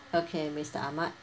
okay mister Ahmad